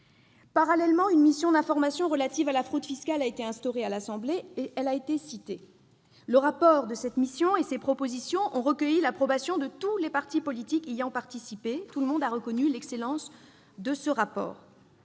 Parallèlement, une mission d'information relative à la fraude fiscale a été créée à l'Assemblée nationale et a été citée. Le rapport de cette mission et ses propositions ont recueilli l'approbation de tous les partis politiques y ayant participé. Tous ont reconnu l'excellence du rapport.